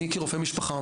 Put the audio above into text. כרופא משפחה,